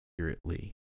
accurately